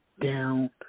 down